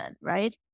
right